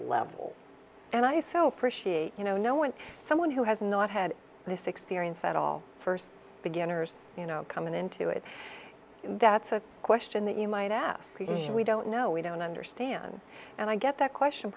level and i so appreciate you know knowing someone who has not had this experience at all first beginners you know coming into it that's a question that you might ask we don't know we don't understand and i get that question